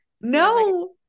No